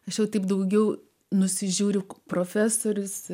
aš jau taip daugiau nusižiūriu profesorius